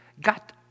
got